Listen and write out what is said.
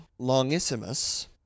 Longissimus